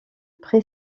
pré